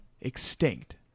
extinct